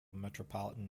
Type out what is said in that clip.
metropolitan